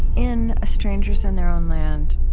in ah strangers in their own land,